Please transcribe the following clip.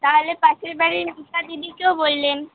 তাহলে পাশের বাড়ির রুপা দিদিকেও বলবেন